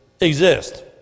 exist